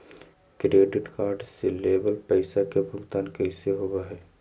Credit card से लेवल पैसा के भुगतान कैसे होव हइ?